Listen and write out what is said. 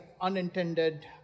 unintended